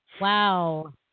Wow